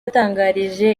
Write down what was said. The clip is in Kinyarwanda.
yatangarije